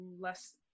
less